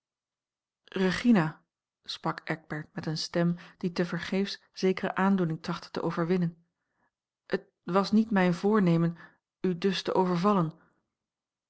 regina sprak eckbert met eene stem die tevergeefs zekere aandoening trachtte te overwinnen het was niet mijn voornemen u dus te overvallen